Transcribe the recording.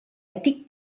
ètic